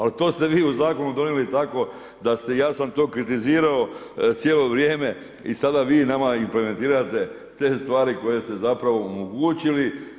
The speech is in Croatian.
Ali to ste vi u zakonu donijeli tako da ste, ja sam to kritizirao cijelo vrijeme i sada vi nama implementirate te stvari koje ste zapravo omogućili.